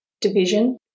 division